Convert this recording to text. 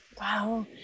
wow